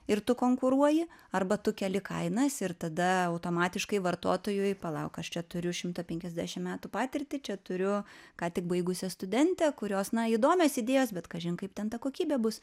ir tu konkuruoji arba tu keli kainas ir tada automatiškai vartotojui palauk aš čia turiu šimtą penkiasdešim metų patirtį čia turiu ką tik baigusią studentę kurios na įdomios idėjos bet kažin kaip ten ta kokybė bus